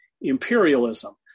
imperialism